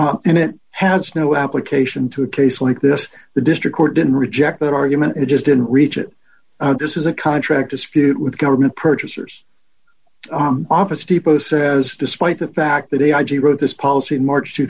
model and it has no application to a case like this the district court didn't reject that argument it just didn't reach it this is a contract dispute with government purchasers office depot says despite the fact that a i g wrote this policy in march two